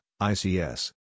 ICS